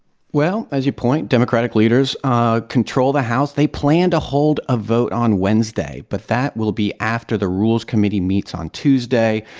well, as you point, democratic leaders ah control the house. they plan to hold a vote on wednesday, but that will be after the rules committee meets on tuesday.